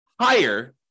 higher